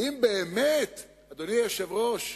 האם באמת, אדוני היושב-ראש,